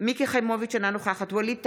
מיקי חיימוביץ' אינה נוכחת ווליד טאהא,